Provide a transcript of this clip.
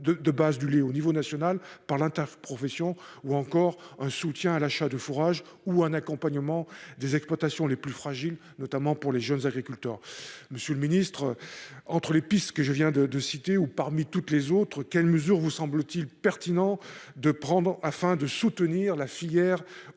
de base du lait au niveau national par l'interprofession ou encore un soutien à l'achat de fourrage ou un accompagnement des exploitations les plus fragiles, notamment pour les jeunes agriculteurs, monsieur le Ministre, entre les pistes que je viens de de citer ou parmi toutes les autres, quelle mesure vous semble-t-il pertinent de prendre afin de soutenir la filière